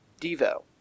Devo